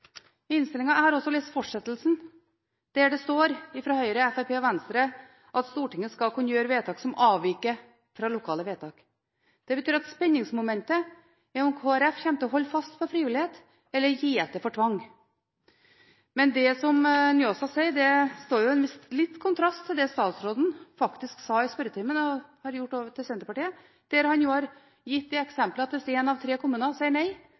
Høyre, Fremskrittspartiet og Venstre – at Stortinget skal kunne gjøre vedtak som avviker fra lokale vedtak. Det betyr at spenningsmomentet er om Kristelig Folkeparti kommer til å holde fast ved frivillighet eller gi etter for tvang. Det Njåstad sier, står litt i kontrast til det statsråden faktisk sa i spørretimen, og har sagt til Senterpartiet, der han har gitt det eksempelet at hvis én av tre kommuner sier nei,